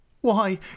Why